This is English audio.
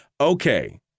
Okay